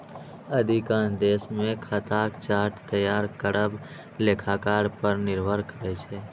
अधिकांश देश मे खाताक चार्ट तैयार करब लेखाकार पर निर्भर करै छै